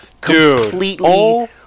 completely